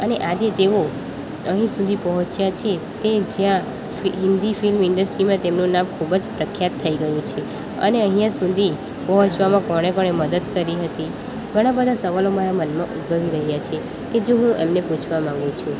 અને આજે તેઓ અહીં સુધી પહોંચ્યા છે તે જ્યાં હિન્દી ફિલ્મ ઇન્ડસ્ટ્રીમાં તેમનું નામ ખૂબ જ પ્રખ્યાત થઈ ગયું છે અને અહીંયા સુધી પહોંચવામાં કોણે કોણે મદદ કરી હતી ઘણા બધા સવાલો મારા મનમાં ઉદ્ભવી રહ્યા છે કે જો હું એમને પૂછવા માગું છું